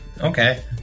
okay